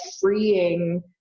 freeing